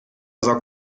sorgt